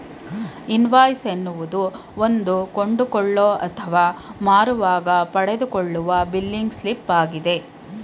invoice ಅನ್ನೋದು ಒಂದು ಕೊಂಡುಕೊಳ್ಳೋ ಅಥವಾ ಮಾರುವಾಗ ಪಡೆದುಕೊಂಡ ಬಿಲ್ಲಿಂಗ್ ಸ್ಲಿಪ್ ಆಗಿದೆ